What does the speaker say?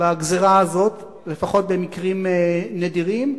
בגזירה הזאת, לפחות במקרים נדירים.